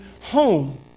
home